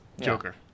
Joker